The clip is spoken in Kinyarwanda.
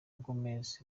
gomez